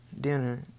Dinner